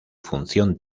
función